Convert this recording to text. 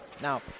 Now